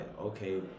okay